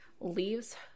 leaves